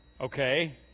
Okay